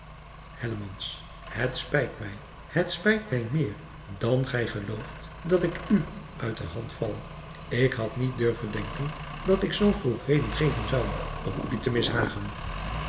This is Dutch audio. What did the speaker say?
het spijt mij het spijt mij meer dan gij gelooft dat ik u uit de hand val ik had niet durven denken dat ik zoo vroeg reden geven zou om u te